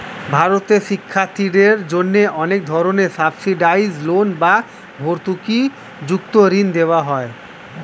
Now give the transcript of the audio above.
ভারতে শিক্ষার্থীদের জন্য অনেক ধরনের সাবসিডাইসড লোন বা ভর্তুকিযুক্ত ঋণ দেওয়া হয়